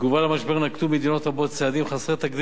נקטו מדינות רבות צעדים חסרי תקדים בהיקפם,